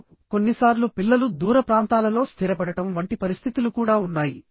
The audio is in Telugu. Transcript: ఇప్పుడు కొన్నిసార్లు పిల్లలు దూర ప్రాంతాలలో స్థిరపడటం వంటి పరిస్థితులు కూడా ఉన్నాయి